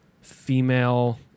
female